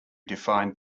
defined